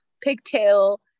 pigtail